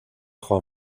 juan